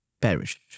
perish